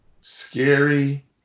scary